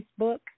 Facebook